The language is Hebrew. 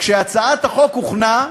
כשהצעת החוק הוכנה,